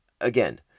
Again